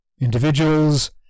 individuals